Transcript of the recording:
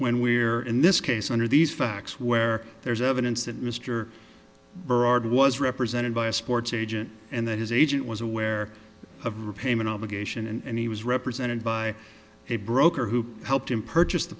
when we are in this case under these facts where there's evidence that mr berard was represented by a sports agent and that his agent was aware of repayment obligation and he was represented by a broker who helped him purchase the